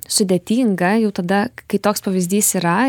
sudėtinga jau tada kai toks pavyzdys yra